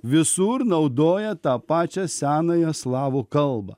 visur naudoja tą pačią senąją slavų kalbą